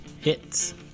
Hits